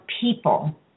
people